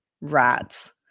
rats